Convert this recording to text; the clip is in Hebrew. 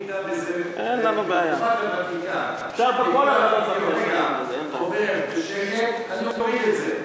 במידה שהביקור עובר בשקט, אני אוריד את זה.